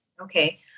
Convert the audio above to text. Okay